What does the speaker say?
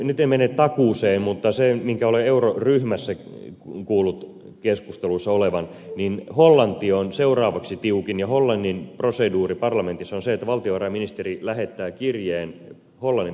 nyt en mene takuuseen mutta mitä olen euroryhmässä kuullut keskusteluissa niin hollanti on seuraavaksi tiukin ja hollannin proseduuri parlamentissa on se että valtiovarainministeri lähettää kirjeen hollannin parlamentille